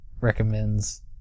recommends